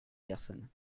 personnes